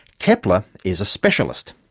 kepler is a specialist.